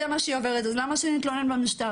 מה שאני עוברת למה שהן יתלוננו במשטרה,